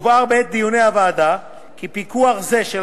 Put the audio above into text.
בעת דיוני הוועדה הובהר כי פיקוח זה של